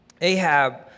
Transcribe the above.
Ahab